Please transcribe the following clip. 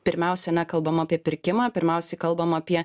pirmiausia nekalbam apie pirkimą pirmiausiai kalbam apie